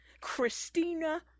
Christina